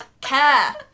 care